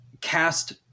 cast